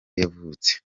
yavutse